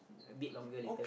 bit longer later